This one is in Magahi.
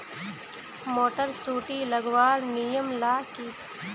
मोटर सुटी लगवार नियम ला की?